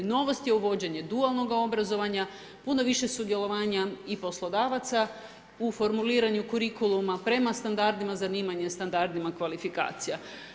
Novost je uvođenje dualnog obrazovanja, puno više sudjelovanja i poslodavaca u formuliranju kurikuluma prema standardima, zanimanje standardima kvalifikacija.